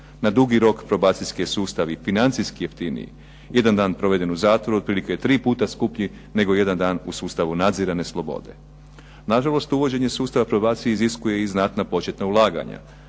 Na dugi rok probacijski je sustav i financijski jeftiniji, jedan dan proveden u zatvoru je tri puta skuplji nego jedan dan u sustavu nadzirane slobode. Na žalost uvođenje sustava probacije iziskuje i znatna početna ulaganja.